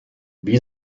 wie